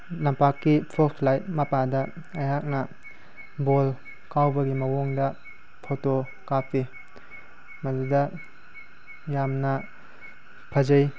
ꯂꯝꯄꯥꯛꯀꯤ focus light ꯃꯄꯥꯗ ꯑꯩꯍꯥꯛꯅ ball ꯀꯥꯎꯕꯒꯤ ꯃꯑꯣꯡꯗ ꯐꯣꯇꯣ ꯀꯥꯞꯄꯤ ꯃꯗꯨꯗ ꯌꯥꯝꯅ ꯐꯖꯩ